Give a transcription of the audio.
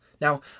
Now